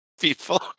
People